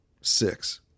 six